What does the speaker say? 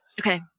Okay